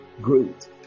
great